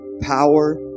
power